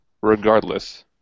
regardless